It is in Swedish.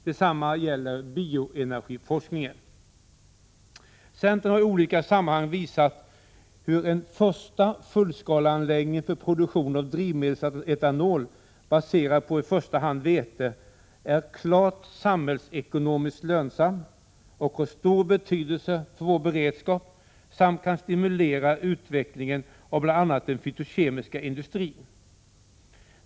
Detsamma gäller bioenergiforskningen. Centern har i olika sammanhang visat hur en första fullskaleanläggning för produktion av drivmedelsetanol, baserad på i första hand vete, är klart samhällsekonomiskt lönsam och har stor betydelse för vår beredskap samt kan stimulera utvecklingen av bl.a. den fytokemiska industrin.